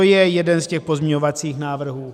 To je jeden z těch pozměňovacích návrhů.